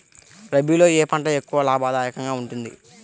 రబీలో ఏ పంట ఎక్కువ లాభదాయకంగా ఉంటుంది?